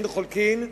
אין חולקין,